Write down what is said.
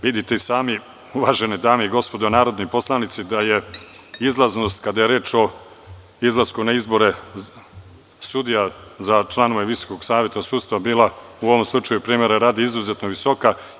Vidite i sami, uvaženi dame i gospodo narodni poslanici, da je izlaznost kada je reč o izlasku na izbore sudija za članove Visokog saveta sudstva bila u ovom slučaju, primera radi, izuzetno visoka.